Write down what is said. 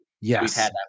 yes